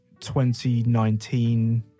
2019